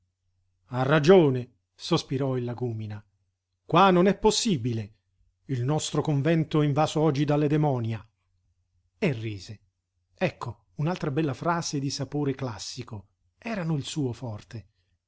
ha ragione sospirò il lagúmina qua non è possibile il nostro convento è invaso oggi dalle demonia e rise ecco un'altra bella frase di sapore classico erano il suo forte